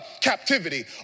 captivity